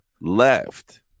left